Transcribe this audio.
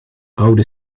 oude